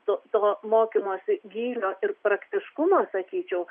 to to mokymosi gylio ir praktiškumo sakyčiau